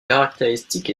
caractéristique